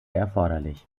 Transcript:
erforderlich